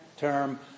Term